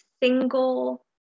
single